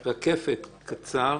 רקפת, קצר